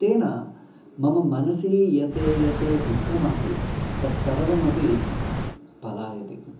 तेन मम मनसि यत् यत् दुःखमासीत् तत् सर्वमपि पलायति